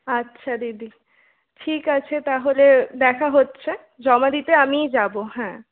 আচ্ছা দিদি ঠিক আছে তাহলে দেখা হচ্ছে জমা দিতে আমিই যাবো হ্যাঁ